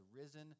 risen